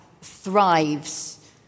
thrives